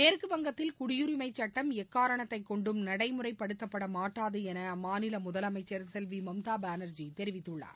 மேற்கு வங்கத்தில் குடியுரிமைச் சட்டம் எக்காரணத்தைக் கொண்டும் நடைமுறைபடுத்தபட மாட்டாது என அம்மாநில முதலமைச்சர் செல்வி மம்தா பானர்ஜி தெரிவித்துள்ளார்